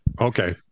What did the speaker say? Okay